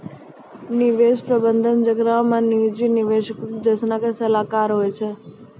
निवेश प्रबंधन जेकरा मे निजी निवेशको जैसनो सलाहकार होय छै